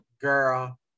Girl